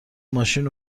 ماشین